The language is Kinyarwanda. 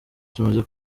tumaze